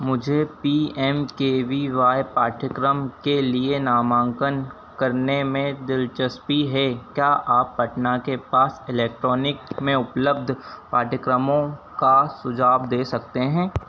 मुझे P M K V Y पाठ्यक्रम के लिए नामांकन करने में दिलचस्पी है क्या आप पटना के पास इलेक्ट्रॉनिक्स में उपलब्ध पाठ्यक्रमों का सुझाव दे सकते हैं